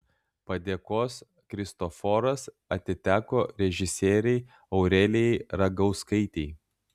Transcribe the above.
padėkos kristoforas atiteko režisierei aurelijai ragauskaitei